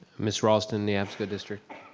ms. raulston, neabsco district.